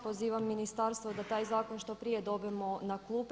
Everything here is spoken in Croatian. Pozivam ministarstvo da taj zakon što prije dobijemo na klupe.